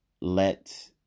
let